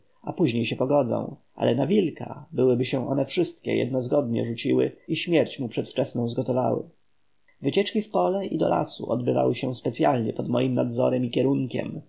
a potem się pogodzą ale na wilka byłyby się one wszystkie jednozgodnie rzuciły i śmierć mu przedwczesną zgotowały wycieczki w pole i do lasu odbywały się specyalnie pod moim nadzorem i kierunkiem